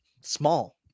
small